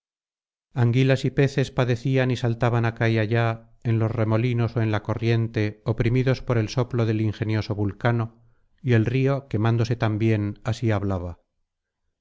anguilas y peces padecían y saltaban acá y allá en los remolinos ó en la corriente oprimidos por el soplo del ingenioso vulcano y el río quemándose también así hablaba